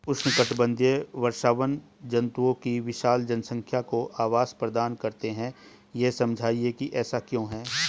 उष्णकटिबंधीय वर्षावन जंतुओं की विशाल जनसंख्या को आवास प्रदान करते हैं यह समझाइए कि ऐसा क्यों है?